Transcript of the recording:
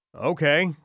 Okay